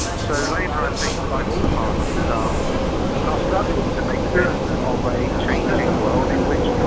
so labour i think, like all parties, are um ah struggling to make sense of a changing world in which,